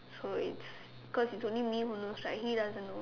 so it's cause it's only me mah so he doesn't know